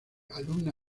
alumna